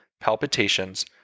palpitations